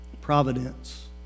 Providence